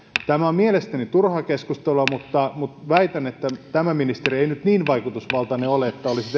tämä on mielestäni turhaa keskustelua mutta mutta väitän että ei tämä ministeri nyt niin vaikutusvaltainen ole että olisi